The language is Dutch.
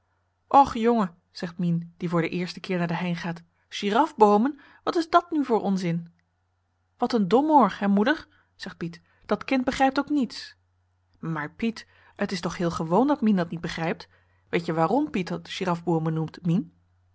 och jongen zegt mien die voor den eersten keer naar de hei gaat girafboomen wat is dat nu voor onzin wat een domoor hè moeder zegt piet dat kind begrijpt ook niets maar piet het is toch heel gewoon dat mien dat niet begrijpt weet je waarom piet dat girafboomen noemt mien